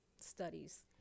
studies